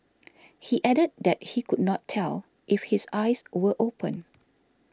he added that he could not tell if his eyes were open